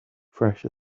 fresh